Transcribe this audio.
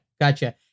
gotcha